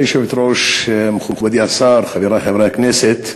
גברתי היושבת-ראש, מכובדי השר, חברי חברי הכנסת,